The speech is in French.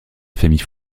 famille